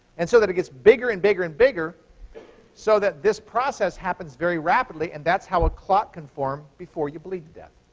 and so that it gets bigger and bigger and bigger so that this process happens very rapidly. and that's how a clot can form before you bleed to death.